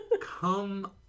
Come